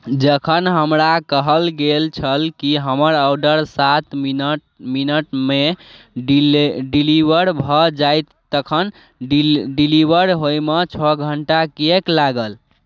जखन हमरा कहल गेल छल कि हमर ऑर्डर सात मिनट मिनटमे डिले डिलीवर भऽ जायत तखन डिल डिलीवर होयमे छओ घण्टा किएक लागल